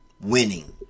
Winning